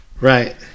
Right